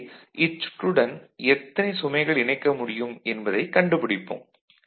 எனவே இச்சுற்றுடன் எத்தனை சுமைகள் இணைக்க முடியும் என்பதை கண்டுபிடிப்போம்